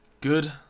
Good